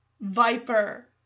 Viper